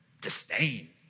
disdain